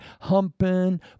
humping